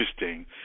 interesting